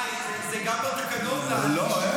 אה, זה גם בתקנון, להעניש?